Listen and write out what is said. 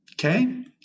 Okay